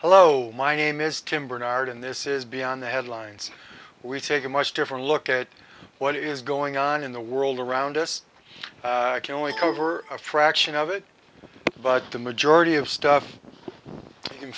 hello my name is tim bernard and this is beyond the headlines we take a much different look at what is going on in the world around us can only cover a fraction of it but the majority of stuff you can